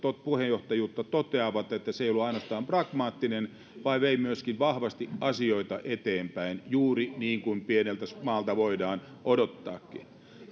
puheenjohtajuutta toteavat että se ei ainoastaan ollut pragmaattinen vaan vei myöskin vahvasti asioita eteenpäin juuri niin kuin pieneltä maalta voidaan odottaakin